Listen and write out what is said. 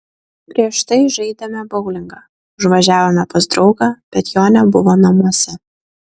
prieš tai žaidėme boulingą užvažiavome pas draugą bet jo nebuvo namuose